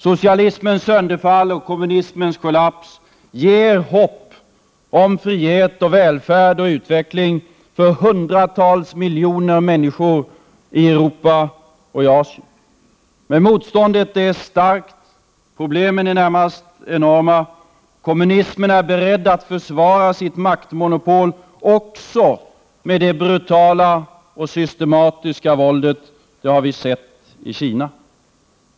Socialismens sönderfall och kommunismens kollaps ger hopp om frihet, välfärd och utveckling för hundratals miljoner människor i Europa och Asien. Men motståndet är starkt och problemen närmast enorma. Kommunismen är beredd att försvara sitt maktmonopol också med det brutala och systematiska våldet — det har vi sett i Kina.